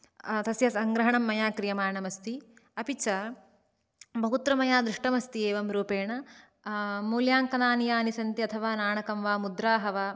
तस्य सङ्ग्रहणं मया क्रियमाणम् अस्ति अपि च बहुत्र मया दृष्टम् अस्ति एवं रूपेण मूल्याङ्कनानि यानि सन्ति अथवा नाणकं वा मुद्राः वा